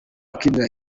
ukinira